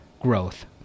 growth